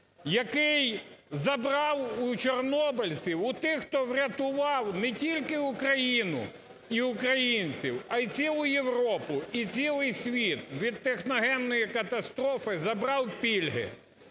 який забрав у чорнобильців, у тих, хто врятував не тільки Україну і українців, а й цілу Європу і цілий світ від техногенної катастрофи, забрав пільги,